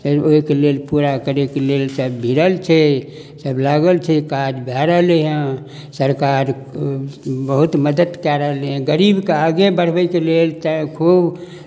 ओहिके लेल पूरा करयके लेल सभ भिड़ल छै सभ लागल छै काज भए रहलैहँ सरकार बहुत मदति कए रहलैहेँ गरीबकेँ आगे बढ़बयके लेल तऽ खूब